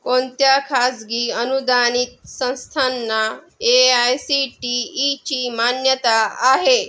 कोणत्या खाजगी अनुदानित संस्थांना ए आय सी टी ईची मान्यता आहे